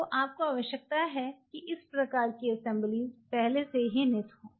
तो आपको आवश्यकता है कि इस प्रकार की अस्सेम्ब्लीज़ पहले से ही निहित हों